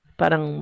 parang